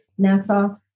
NASA